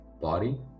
body